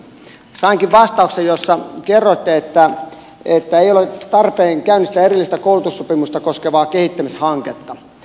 sainkin vastauksen jossa kerroitte että ei ole tarpeen käynnistää erillistä koulutussopimusta koskevaa kehittämishanketta